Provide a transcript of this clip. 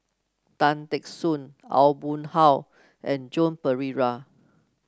Tan Teck Soon Aw Boon Haw and Joan Pereira